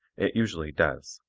it usually does.